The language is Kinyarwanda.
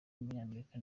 w’umunyamerika